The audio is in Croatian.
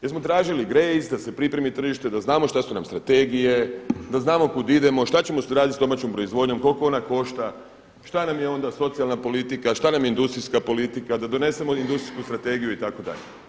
Jer smo tražili grace da se pripremi tržište, da znamo šta su nam strategije, da znamo kud idemo, šta ćemo raditi sa domaćom proizvodnjom, koliko ona košta, šta nam je onda socijalna politika, šta nam je industrijska politika, da donesemo Industrijsku strategiju itd.